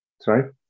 sorry